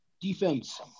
Defense